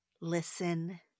listen